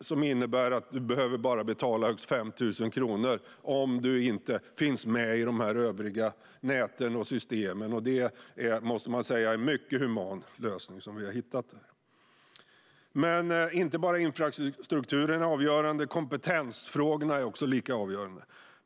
som innebär att man bara behöver betala högst 5 000 kronor om man inte finns med i övriga nät och system. Det måste sägas att det är en mycket human lösning vi har hittat. Det är inte bara infrastrukturen som är avgörande, utan kompetensfrågorna är lika avgörande.